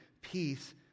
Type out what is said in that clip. peace